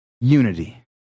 Unity